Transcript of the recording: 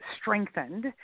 strengthened